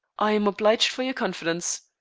i am obliged for your confidence.